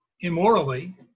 immorally